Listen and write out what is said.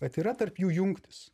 bet yra tarp jų jungtys